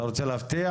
אתה רוצה להפתיע?